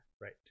right